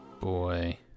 boy